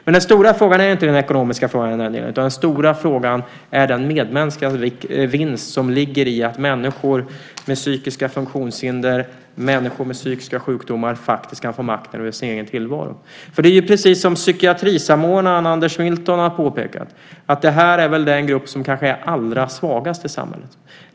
Men den stora frågan är inte den ekonomiska, utan den stora frågan är den medmänskliga vinst som ligger i att människor med psykiska funktionshinder, människor med psykiska sjukdomar, faktiskt ska få makt över sin egen tillvaro. Det är precis som psykiatrisamordnaren Anders Milton har påpekat, att det här väl är den grupp som kanske är allra svagast i samhället.